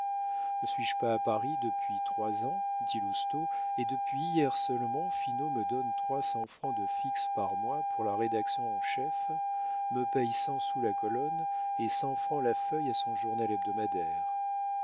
ne suis-je pas à paris depuis trois ans dit lousteau et depuis hier seulement finot me donne trois cents francs de fixe par mois pour la rédaction en chef me paye cent sous la colonne et cent francs la feuille à son journal hebdomadaire hé